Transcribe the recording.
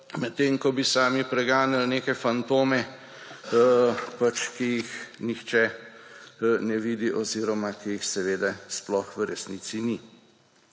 medtem ko bi sami preganjali neke fantome, ki jih nihče ne vidi oziroma, ki jih seveda sploh v resnici ni.